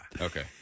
Okay